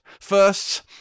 first